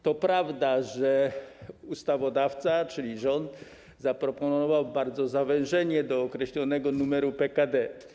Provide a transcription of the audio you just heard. To prawda, że ustawodawca, czyli rząd, zaproponował bardzo duże zawężenie do określonego numeru PKD.